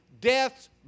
deaths